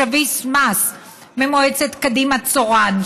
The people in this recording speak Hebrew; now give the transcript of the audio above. שביט מס ממועצת קדימה-צורן,